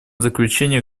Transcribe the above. заключение